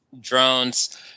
drones